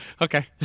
Okay